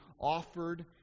offered